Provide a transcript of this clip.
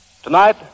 Tonight